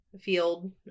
field